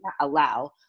allow